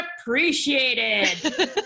appreciated